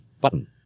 button